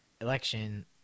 election